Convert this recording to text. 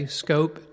scope